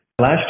Last